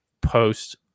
post